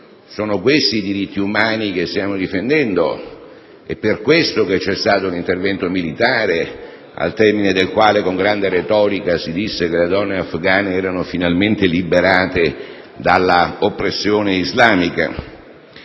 Sono questi i diritti umani che stiamo difendendo? È per questo che c'è stato un intervento militare al termine del quale, con grande retorica, si disse che le donne afghane erano finalmente liberate dall'oppressione islamica?